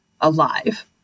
alive